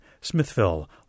Smithville